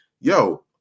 Yo